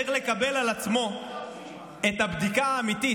צריך לקבל על עצמו את הבדיקה האמיתית